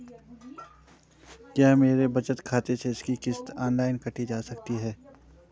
क्या मेरे बचत खाते से इसकी किश्त ऑनलाइन काटी जा सकती है?